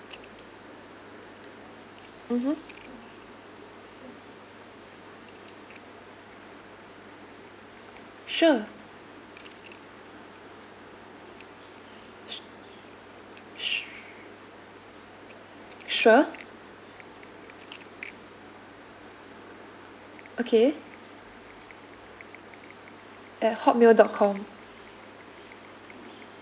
mmhmm sure s~ su~ sure okay at hot mail dot com